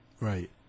Right